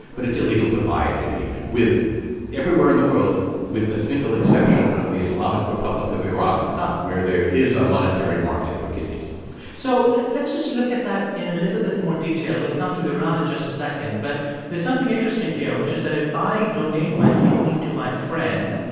but it's illegal to buy a kidney with everywhere in the world with the single exception of the islamic republic of iran but where there is a monetary market for kidneys so let's just look at that in a little bit more detail. we'll come to iran in and just a second. but there's something interesting here, which is that if i donate my kidney to my friend,